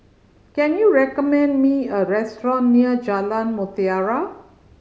can you recommend me a restaurant near Jalan Mutiara